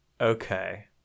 Okay